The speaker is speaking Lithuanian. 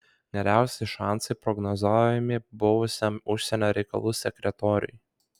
geriausi šansai prognozuojami buvusiam užsienio reikalų sekretoriui